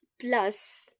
Plus